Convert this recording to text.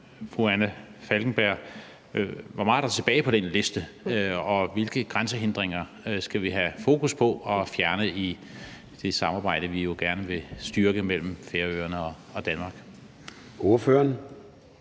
fru Anna Falkenberg, hvor meget der er tilbage på den liste, og hvilke grænsehindringer vi skal have fokus på og fjerne i det samarbejde, vi jo gerne vil styrke mellem Færøerne og Danmark.